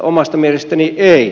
omasta mielestäni ei